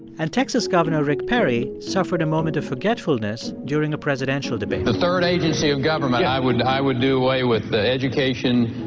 and texas governor rick perry suffered a moment of forgetfulness during a presidential debate the third agency of government i would i would do away with, the education,